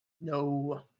No